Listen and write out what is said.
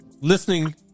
listening